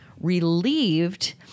relieved